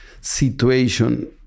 situation